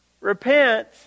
Repent